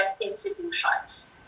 institutions